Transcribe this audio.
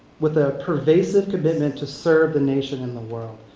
with a pervasive commitment to serve the nation and the world.